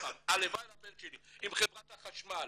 עם חברת חשמל,